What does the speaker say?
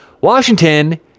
Washington